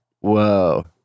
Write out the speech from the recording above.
Whoa